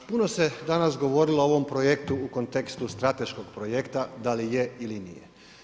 Puno se danas govorilo o ovom projektu u kontekstu strateškog projekta, da li je ili nije.